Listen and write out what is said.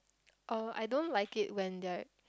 oh I don't like it when they are